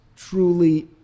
truly